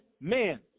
men